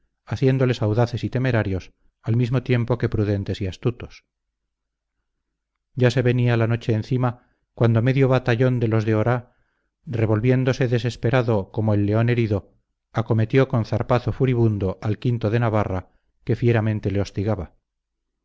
haciéndoles audaces y temerarios al mismo tiempo que prudentes y astutos ya se venía la noche encima cuando medio batallón de los de oraa revolviéndose desesperado como el león herido acometió con zarpazo furibundo al o de navarra que fieramente le hostigaba